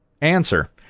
Answer